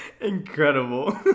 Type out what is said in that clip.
Incredible